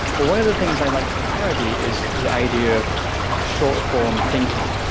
one of the things i like to parody is the idea of short form thinking,